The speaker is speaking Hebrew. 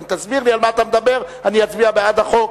אם תסביר לי על מה אתה מדבר, אני אצביע בעד החוק.